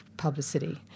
publicity